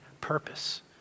purpose